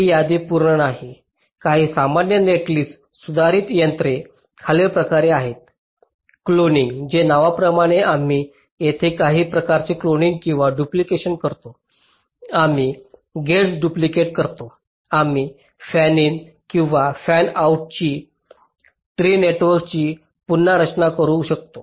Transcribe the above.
ही यादी पूर्ण नाही काही सामान्य नेटलिस्ट सुधारित तंत्रे खालीलप्रमाणे आहेत क्लोनिंग जे नावाप्रमाणेच आम्ही येथे काही प्रकारचे क्लोनिंग किंवा डुप्लिकेशन करतो आम्ही गेट्स डुप्लिकेट करतो आम्ही फॅनिन किंवा फॅनआउट ट्री नेटवर्कची पुन्हा रचना करू शकतो